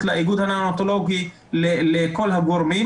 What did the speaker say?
לאיגוד הניאונטולוגי לכל הגורמים,